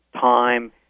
time